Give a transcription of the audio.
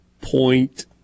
point